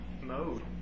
mode